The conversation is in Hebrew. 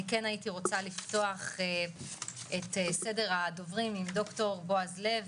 אפתח את סדר הדוברים עם ד"ר בועז לב,